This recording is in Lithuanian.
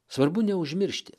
svarbu neužmiršti